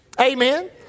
Amen